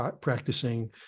practicing